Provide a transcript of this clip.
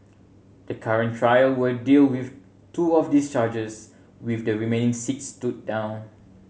the current trial will deal with two of those charges with the remaining six stood down